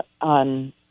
on